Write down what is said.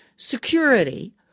security